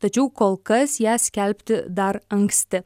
tačiau kol kas ją skelbti dar anksti